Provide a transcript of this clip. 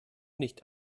nicht